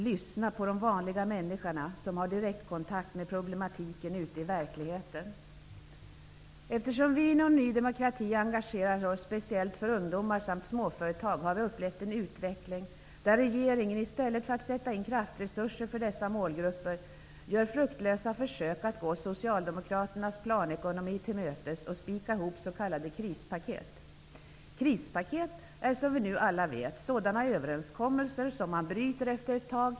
Lyssna på de vanliga människorna som har direktkontakt med problematiken ute i verkligheten istället för att dra en utredning i långbänk! Inom Ny demokrati engagerar vi oss speciellt för ungdomar samt för småföretagen. Vi har upplevt en utveckling där regeringen i stället för att sätta in kraftresurser för dessa målgrupper gör fruktlösa försök att gå Socialdemokraternas planekonomi till mötes och spikar ihop s.k. krispaket. Krispaket är, som vi alla nu vet, överenskommelser som man överger efter ett tag.